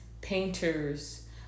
painters